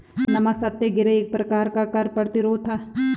नमक सत्याग्रह एक प्रकार का कर प्रतिरोध था